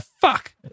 fuck